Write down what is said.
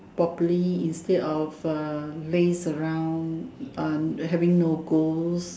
properly instead of laze around having no goals